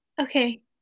Okay